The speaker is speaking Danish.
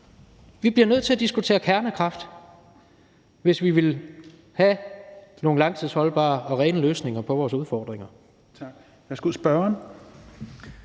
vi bliver nødt til at diskutere kernekraft, hvis vi vil have nogle langtidsholdbare og rene løsninger på vores udfordringer.